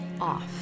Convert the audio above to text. off